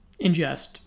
ingest